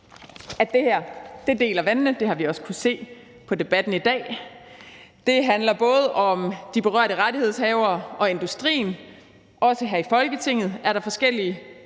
at det her deler vandene – det har vi også kunnet se på debatten i dag – og det handler både om de berørte rettighedshavere og industrien, og også her i Folketinget er der forskellige